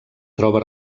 troba